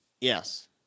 Yes